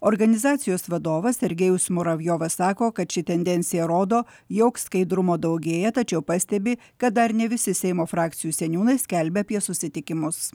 organizacijos vadovas sergejus muravjovas sako kad ši tendencija rodo jog skaidrumo daugėja tačiau pastebi kad dar ne visi seimo frakcijų seniūnai skelbia apie susitikimus